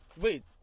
Wait